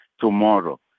Tomorrow